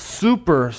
super